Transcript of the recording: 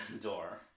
door